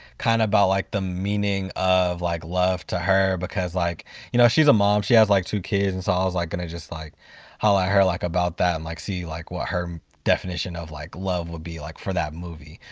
kind of about like the meaning of like love to her because like you know she's a mom. she has like two kids and so like gonna like holler at her like about that and like see like what her definition of like love will be, like for that movie.